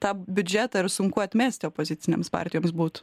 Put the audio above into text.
tą biudžetą ir sunku atmesti opozicinėms partijoms būtų